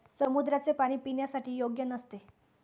समुद्राचे पाणी पिण्यासाठी योग्य नसते